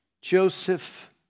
Joseph